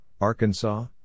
Arkansas